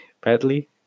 badly